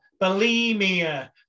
bulimia